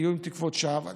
יהיו עם תקוות שווא.